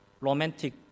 romantic